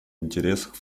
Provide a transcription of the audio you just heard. интересах